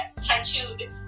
tattooed